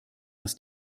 das